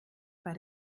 bei